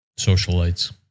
socialites